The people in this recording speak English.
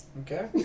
Okay